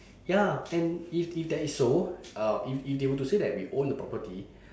ya and if if that is so uh if if they were to say that we own the property